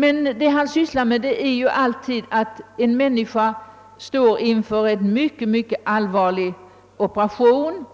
Vad det här gäller är att man på grund av kärlskador kan tvingas till amputation